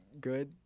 good